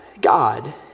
God